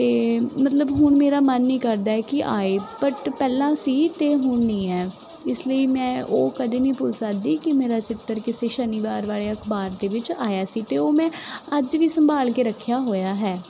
ਅਤੇ ਮਤਲਬ ਹੁਣ ਮੇਰਾ ਮਨ ਨਹੀਂ ਕਰਦਾ ਕਿ ਆਏ ਬਟ ਪਹਿਲਾਂ ਸੀ ਅਤੇ ਹੁਣ ਨਹੀਂ ਹੈ ਇਸ ਲਈ ਮੈਂ ਉਹ ਕਦੇ ਨਹੀਂ ਭੁੱਲ ਸਕਦੀ ਕਿ ਮੇਰਾ ਚਿੱਤਰ ਕਿਸੇ ਸ਼ਨੀਵਾਰ ਵਾਲੇ ਅਖਬਾਰ ਦੇ ਵਿੱਚ ਆਇਆ ਸੀ ਅਤੇ ਉਹ ਮੈਂ ਅੱਜ ਵੀ ਸੰਭਾਲ ਕੇ ਰੱਖਿਆ ਹੋਇਆ ਹੈ